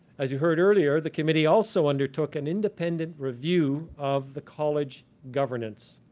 as you heard earlier, the committee also undertook an independent review of the college governance,